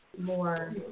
more